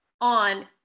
on